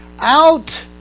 Out